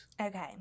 Okay